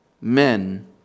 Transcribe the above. Men